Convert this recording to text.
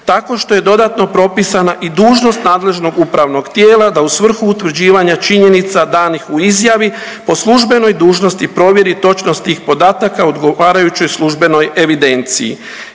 tako što je dodatno propisana i dužnost nadležnog upravnog tijela, da u svrhu utvrđivanja činjenica danih u izjavi po službenoj dužnosti provjeri točnost tih podataka u odgovarajućoj službenoj evidenciji.